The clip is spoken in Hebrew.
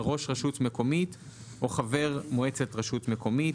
ראש רשות מקומית או חבר מועצת רשומת מקומית.